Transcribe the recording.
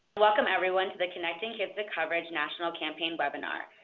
welcome everyone to the connecting kids to coverage national campaign webinar.